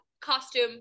costume